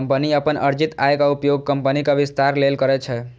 company अपन अर्जित आयक उपयोग कंपनीक विस्तार लेल करै छै